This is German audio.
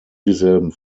dieselben